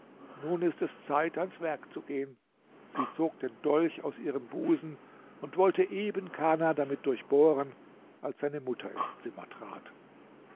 nun ist es zeit ans werk zu gehen sie zog den dolch aus ihrem busen und wollte eben kana damit durchbohren als seine mutter ins zimmer trat